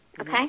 Okay